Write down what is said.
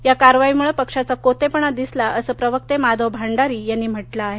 या कारवाईमुळे पक्षाचा कोतेपणा दिसला असं प्रवक्ते माधव भांडारी यांनी म्हटलं आहे